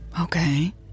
Okay